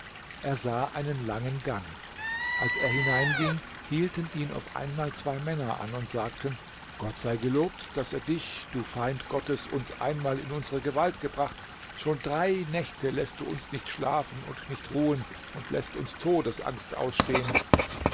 er sah einen langen gang als er hineinging hielten ihn auf einmal zwei männer an und sagten gott sei gelobt daß er dich du feind gottes uns einmal in unsere gewalt gebracht schon drei nächte läßt du uns nicht schlafen und nicht ruhen und läßt uns todesangst ausstehen